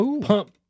Pump